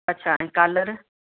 अच्छा ऐं कॉलर